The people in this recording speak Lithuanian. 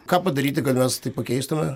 ką padaryti kad mes tai pakeistume